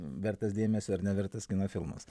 vertas dėmesio ar nevertas kino filmas